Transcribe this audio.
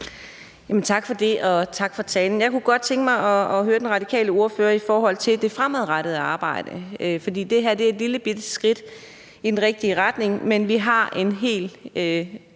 Tak for det, og tak for talen. Jeg kunne godt tænke mig at høre den radikale ordfører om det fremadrettede arbejde. For det her er et lillebitte skridt i den rigtige retning, men vi har en hel,